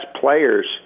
players